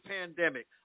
pandemic